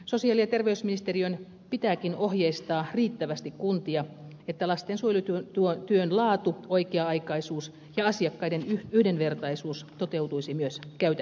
sosiaali ja terveysministeriön pitääkin ohjeistaa riittävästi kuntia että lastensuojelutyön laatu oikea aikaisuus ja asiakkaiden yhdenvertaisuus toteutuisi myös käytännössä